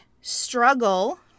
struggle